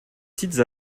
sites